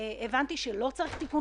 אין לי כרגע את הנתון המדויק אבל תוך דקות